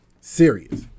serious